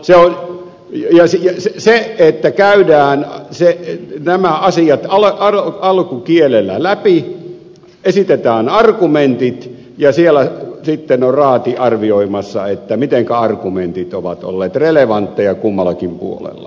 se että käydään se ei tämä asia ole nämä asiat alkukielellä läpi esitetään argumentit ja siellä sitten on raati arvioimassa mitenkä argumentit ovat olleet relevantteja kummallakin puolella